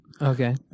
okay